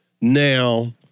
Now